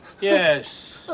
yes